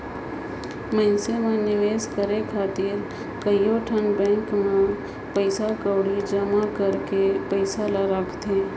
मइनसे मन निवेस करे खातिर कइयो गोट बेंक में पइसा कउड़ी जमा कइर के पइसा ल राखथें